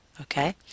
okay